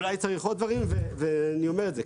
אולי צריך עוד דברים ואני אומר את זה.